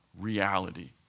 reality